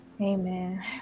amen